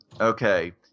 Okay